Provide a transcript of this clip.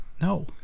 No